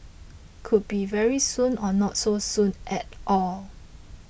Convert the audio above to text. could be very soon or not so soon at all